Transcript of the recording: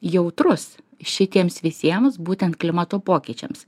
jautrus šitiems visiems būtent klimato pokyčiams